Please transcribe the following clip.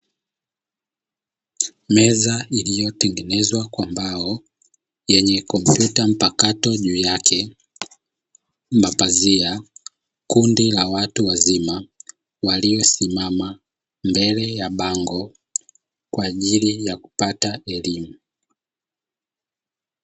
Meza iliyotengenezwa kwa mbao yenye kompyuta mpakato juu yake na pazia, kundi la watu wazima waliosimama mbele ya bango kwa ajili ya kupata elimu.